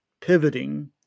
pivoting